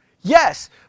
Yes